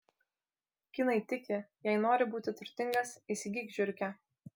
kinai tiki jei nori būti turtingas įsigyk žiurkę